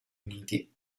uniti